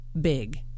big